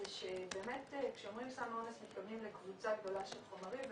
באמת כשאומרים סם אונס מתכוונים לקבוצה גדולה של חומרים.